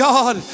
God